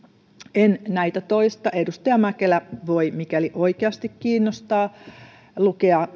en näitä toista edustaja mäkelä voi mikäli oikeasti kiinnostaa lukea